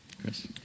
Chris